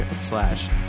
slash